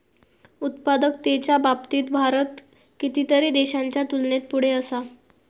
उत्पादकतेच्या बाबतीत भारत कितीतरी देशांच्या तुलनेत पुढे असा